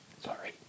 sorry